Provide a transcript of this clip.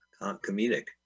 comedic